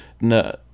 No